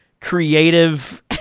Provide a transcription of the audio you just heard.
creative